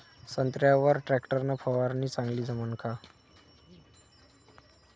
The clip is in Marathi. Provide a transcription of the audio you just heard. संत्र्यावर वर टॅक्टर न फवारनी चांगली जमन का?